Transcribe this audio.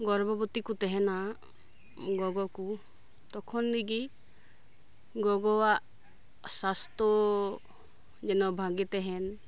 ᱜᱚᱨᱵᱷᱚ ᱵᱚᱛᱤ ᱠᱚ ᱛᱟᱦᱮᱱᱟ ᱜᱚᱜᱚ ᱠᱚ ᱛᱚᱠᱷᱚᱱ ᱨᱮᱜᱮ ᱜᱚᱜᱚᱣᱟᱜ ᱥᱟᱥᱛᱚ ᱡᱮᱱᱚ ᱵᱷᱟᱜᱮ ᱛᱟᱦᱮᱱ